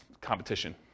competition